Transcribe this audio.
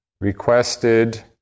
requested